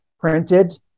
printed